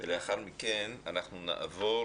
לאחר מכן אנחנו נעבור